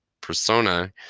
persona